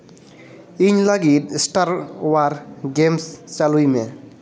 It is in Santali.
ᱤᱧ ᱞᱟᱹᱜᱤᱫ ᱥᱴᱟᱨ ᱳᱣᱟᱨ ᱜᱮᱢᱥ ᱪᱟᱹᱞᱩᱭ ᱢᱮ